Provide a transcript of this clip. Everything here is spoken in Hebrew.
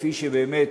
כפי שבאמת